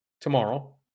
tomorrow